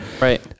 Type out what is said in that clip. right